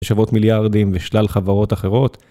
שוות מיליארדים ושלל חברות אחרות.